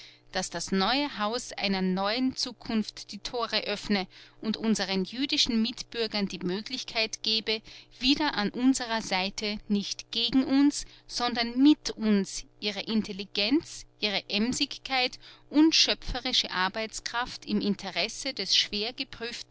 daß das neue haus einer neuen zukunft die tore öffne und unseren jüdischen mitbürgern die möglichkeit gebe wieder an unserer seite nicht gegen uns sondern mit uns ihre intelligenz ihre emsigkeit und schöpferische arbeitskraft im interesse des